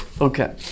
Okay